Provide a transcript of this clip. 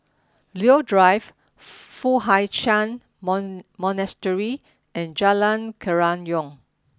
Leo Drive Foo Hai Ch'an mon Monastery and Jalan Kerayong